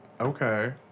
Okay